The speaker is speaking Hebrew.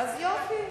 אז יופי.